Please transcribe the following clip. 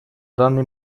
данный